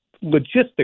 logistics